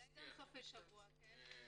אולי גם בסופי שבוע -- אסתר,